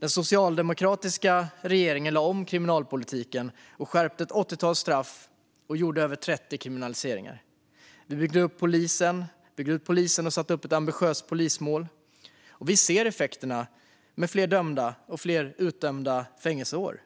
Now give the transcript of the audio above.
Den socialdemokratiska regeringen lade om kriminalpolitiken, skärpte ett åttiotal straff och gjorde över 30 kriminaliseringar. Vi byggde ut polisen och satte upp ett ambitiöst polismål. Vi ser nu effekterna med fler dömda och fler utdömda fängelseår.